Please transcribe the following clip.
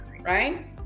right